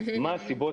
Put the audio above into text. מה הסיבות?